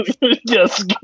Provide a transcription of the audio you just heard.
yes